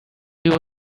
you